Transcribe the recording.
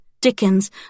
Dickens